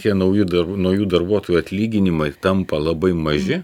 tie nauji dar naujų darbuotojų atlyginimai tampa labai maži